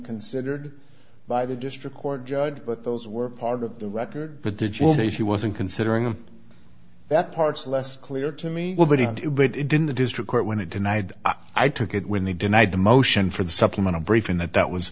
considered by the district court judge but those were part of the record the digital day she wasn't considering and that parts less clear to me but it didn't the district court when it denied i took it when they denied the motion for the supplemental briefing that that was